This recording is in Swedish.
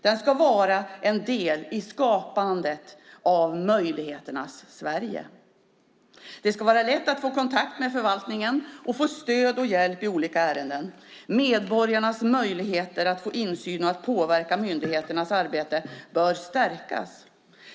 Den ska vara en del i skapandet av möjligheternas Sverige. Det ska vara lätt att få kontakt med förvaltningen och få stöd och hjälp i olika ärenden. Medborgarnas möjligheter att få insyn och att påverka myndigheternas arbete bör stärkas.